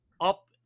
up